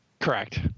Correct